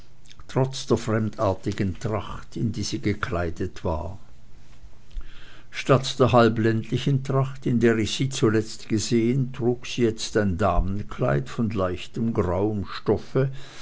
trotz der fremdartigen tracht in die sie gekleidet war statt der halb ländlichen tracht in der ich sie zuletzt gesehen trug sie jetzt ein damenkleid von leichtem grauem stoffe